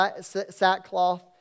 sackcloth